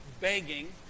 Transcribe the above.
begging